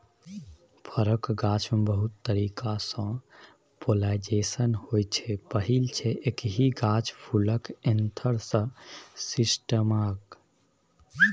फरक गाछमे बहुत तरीकासँ पोलाइनेशन होइ छै पहिल छै एकहि गाछ फुलक एन्थर सँ स्टिगमाक